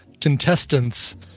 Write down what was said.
contestants